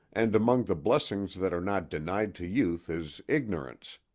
and among the blessings that are not denied to youth is ignorance.